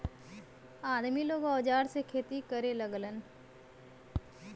आदमी लोग औजार से खेती करे लगलन